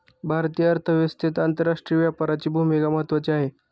भारतीय अर्थव्यवस्थेत आंतरराष्ट्रीय व्यापाराची भूमिका महत्त्वाची आहे